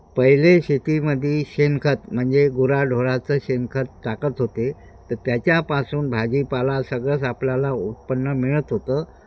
पहिले शेतीमध्ये शेणखत म्हणजे गुरा ढोराचं शेणखत टाकत होते तर त्याच्यापासून भाजीपाला सगळंच आपल्याला उत्पन्न मिळत होतं